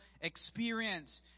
experience